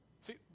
See